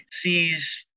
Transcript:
sees